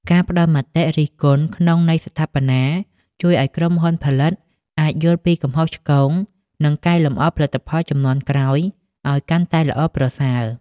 ការផ្តល់មតិរិះគន់ក្នុងន័យស្ថាបនា ជួយឱ្យក្រុមហ៊ុនផលិតអាចយល់ពីកំហុសឆ្គង និងកែលម្អផលិតផលជំនាន់ក្រោយឱ្យកាន់តែល្អប្រសើរ។